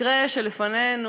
המקרה שלפנינו,